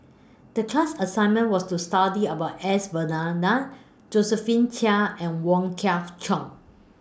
The class assignment was to study about S Varathan Josephine Chia and Wong Kwei Cheong